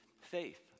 faith